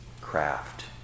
craft